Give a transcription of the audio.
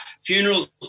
Funerals